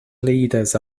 leaders